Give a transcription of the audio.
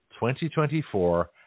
2024